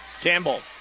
Campbell